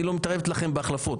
אני לא מתערבת לכם בהחלפות.